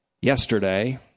yesterday